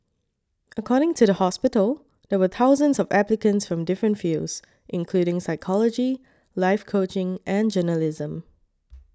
according to the hospital there were thousands of applicants from different fields including psychology life coaching and journalism